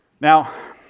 Now